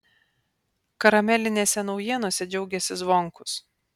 karamelinėse naujienose džiaugėsi zvonkus